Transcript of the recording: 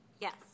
Yes